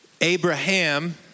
Abraham